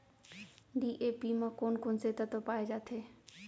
DAP म कोन कोन से तत्व पाए जाथे?